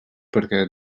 perquè